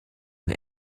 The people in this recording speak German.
und